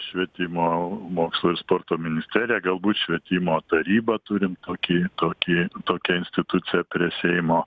švietimo mokslo ir sporto ministerija galbūt švietimo taryba turim tokį tokį tokią instituciją prie seimo